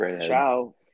Ciao